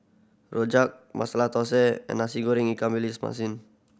rojak Masala Thosai and Nasi Goreng ikan masin